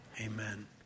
amen